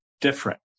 different